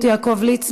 אין